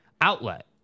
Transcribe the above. outlet